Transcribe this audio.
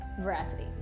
veracity